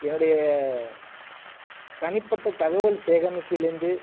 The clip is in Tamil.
என்னுடைய தனிப்பட்ட தகவல் சேகரிப்பிலேருந்து